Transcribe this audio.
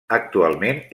actualment